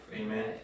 Amen